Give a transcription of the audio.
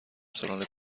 سالن